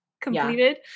completed